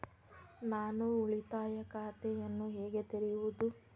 ನಾನು ಉಳಿತಾಯ ಖಾತೆಯನ್ನು ಹೇಗೆ ತೆರೆಯುವುದು?